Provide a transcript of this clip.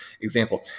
example